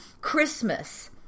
Christmas